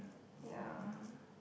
ya